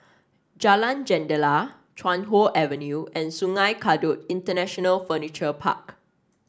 Jalan Jendela Chuan Hoe Avenue and Sungei Kadut International Furniture Park